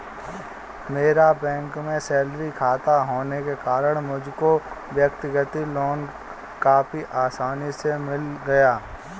मेरा बैंक में सैलरी खाता होने के कारण मुझको व्यक्तिगत लोन काफी आसानी से मिल गया